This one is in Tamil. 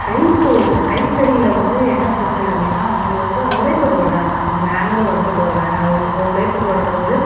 கைத்தோர்க்க கைத்தறியில் வந்து என்ன ஸ்பெஷல் அப்படின்னா அவங்க வந்து உழைப்ப போடுறாங்க அவங்க மேன்வல் ஒர்க்கை போடுறாங்க அவங்க உழைப்ப போடும்போது